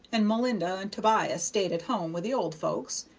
and melinda and tobias stayed at home with the old folks,